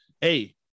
Hey